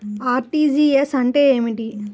RTGS అంటే ఏమిటి?